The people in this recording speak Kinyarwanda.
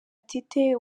tite